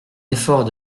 effort